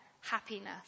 happiness